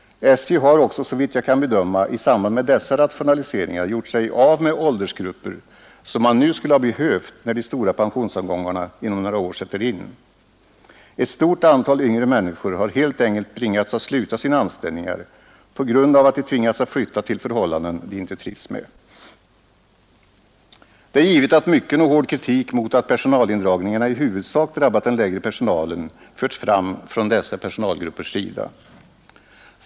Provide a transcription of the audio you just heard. SJ har också, såvitt jag kan bedöma, i samband med dessa rationaliseringar gjort sig av med åldersgrupper som man nu skulle behövt när de stora pensionsavgångarna inom några år sätter in. Ett stort antal yngre människor har helt enkelt bringats att sluta sina anställningar på grund av att de tvingats att flytta till förhållanden som de inte trivs med. Mycken och hård kritik mot att personalindragningarna i huvudsak drabbat den lägre personalen har givetvis förts fram från dessa personalgruppers sida.